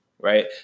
Right